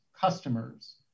customers